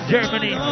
Germany